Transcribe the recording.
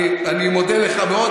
אני מודה לך מאוד,